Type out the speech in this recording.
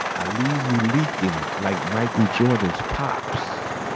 i leave you leakin like michael jordan's pops